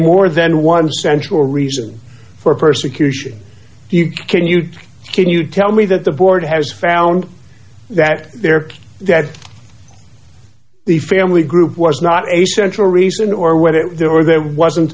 more than one central reason for persecution you can you can you tell me that the board has found that there that the family group was not a central reason or whether there were there wasn't